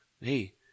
Hey